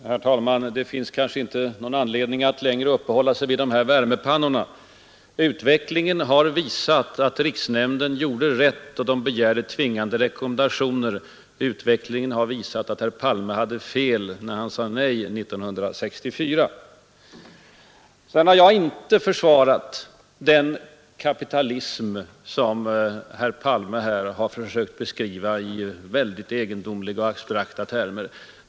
Herr talman! Det finns kanske inte någon anledning att längre uppehålla sig vid värmepannorna. Utvecklingen har visat att riksnämnden gjorde rätt då den begärde tvingande rekommendationer. Och samma utveckling har visat att herr Palme hade fel när han sade nej 1964. Jag har inte försvarat den kapitalism som herr Palme här har försökt beskriva i egendomliga och abstrakta termer.